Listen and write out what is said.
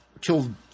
killed